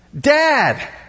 Dad